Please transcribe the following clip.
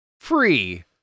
free